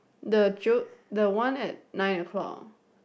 the 九 the one at nine o-clock